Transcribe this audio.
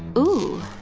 ooh.